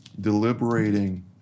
deliberating